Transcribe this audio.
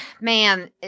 man